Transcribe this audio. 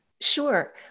Sure